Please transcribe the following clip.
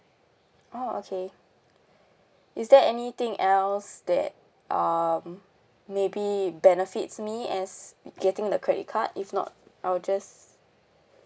oh okay is there anything else that um maybe benefits me as getting the credit card if not I will just